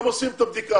הם עושים את הבדיקה,